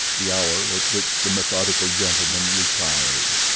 the hour at which the methodical gentleman retired.